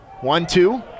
One-two